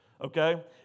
Okay